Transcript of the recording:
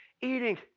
eating